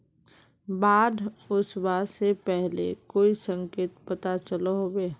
बाढ़ ओसबा से पहले कोई संकेत पता चलो होबे?